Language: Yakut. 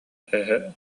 эһэ